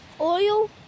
Oil